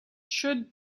should